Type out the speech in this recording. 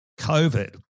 COVID